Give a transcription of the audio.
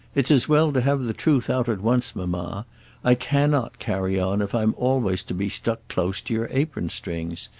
it's as well to have the truth out at once, mamma i cannot carry on if i'm always to be stuck close to your apron-strings.